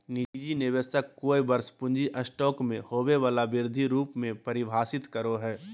निजी निवेशक कोय वर्ष पूँजी स्टॉक में होबो वला वृद्धि रूप में परिभाषित करो हइ